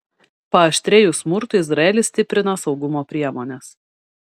paaštrėjus smurtui izraelis stiprina saugumo priemones